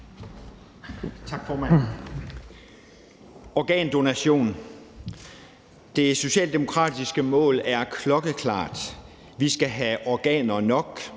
Organdonation: »Det socialdemokratiske mål er klokkeklart. Vi skal have organer nok,